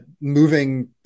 moving